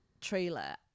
trailer